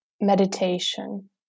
meditation